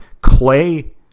Clay